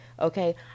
Okay